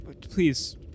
please